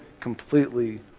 completely